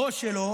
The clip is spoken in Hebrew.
בראש שלו